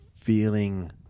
feeling